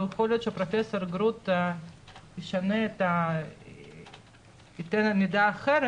ויכול להיות שפרופ' גרוטו ישנה וייתן מידע אחר